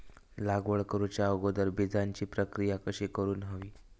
लागवड करूच्या अगोदर बिजाची प्रकिया कशी करून हवी?